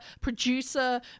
producer